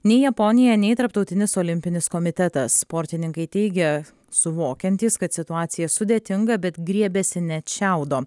nei japonija nei tarptautinis olimpinis komitetas sportininkai teigia suvokiantys kad situacija sudėtinga bet griebiasi net šiaudo